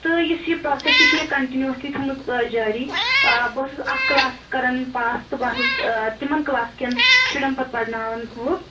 تہٕ یُس یہِ پرٛاسٮ۪س چھُ یہِ چھُ مےٚ کَنٹِنیوٗسلی تھومٕژ جٲری بہٕ ٲسٕس اَکھ کٕلاس کَران پاس تہٕ بہٕ ٲسٕس تِمَن کٕلاس کٮ۪ن شُرٮ۪ن پَتہٕ پرناوان ہُہ